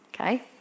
Okay